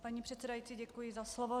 Paní předsedající, děkuji za slovo.